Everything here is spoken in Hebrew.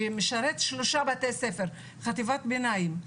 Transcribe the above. שמשרת שלושה בתי הספר: חטיבת ביניים,